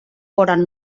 foren